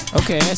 okay